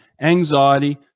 anxiety